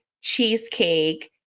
cheesecake